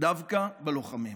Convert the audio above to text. דווקא בלוחמים.